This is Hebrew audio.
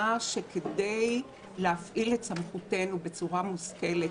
שכדי להפעיל את סמכותנו בצורה מושכלת,